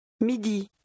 Midi